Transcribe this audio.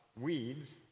weeds